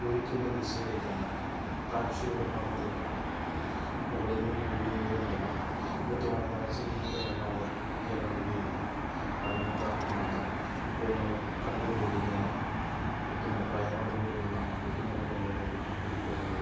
ഒഴുക്കിന്റെ ദിശയിലേക്കാണ് താഴ്ച്ചയുടെ ഭാഗത്തേക്കാണ് മുകളിൽ നിന്ന് ഒഴുകി വരുന്ന വെള്ളം കൃത്യമായ താഴ്ചകളിലൂടെ അല്ലാതെ ജലം ഒഴുകുകയില്ല അതിന് ഉദാഹരണമാണ് ഇപ്പോൾ നമ്മൾ കണ്ടുകൊണ്ടിരിക്കുന്ന കുത്തുമല വയനാട് പോലെ ഉള്ള കുത്തുമല പോലെ ഇവിടെയുള്ള ഉരുൾപൊട്ടലുകൾ